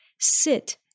Sit